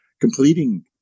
completing